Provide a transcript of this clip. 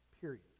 Period